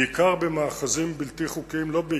בעיקר במאחזים בלתי חוקיים, לא בעיקר,